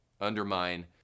undermine